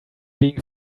being